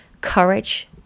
courage